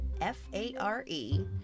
F-A-R-E